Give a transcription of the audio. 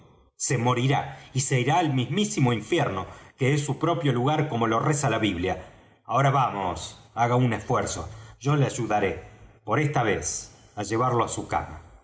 se morirá y se irá al mismísimo infierno que es su propio lugar como lo reza la biblia ahora vamos haga un esfuerzo yo le ayudaré por esta vez á llevarlo á su cama